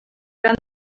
gran